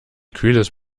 kühles